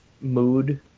mood